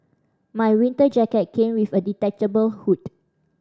my winter jacket came with a detachable hood